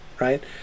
Right